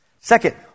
Second